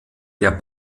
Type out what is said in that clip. der